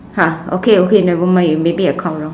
ha okay okay never mind you maybe I count wrong